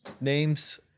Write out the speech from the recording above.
names